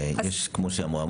כמו שהיא אמרה,